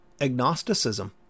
agnosticism